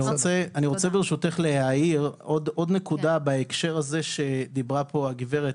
אני רוצה ברשותך להעיר עוד נקודה בהקשר הזה שדיברה פה הגברת,